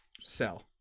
sell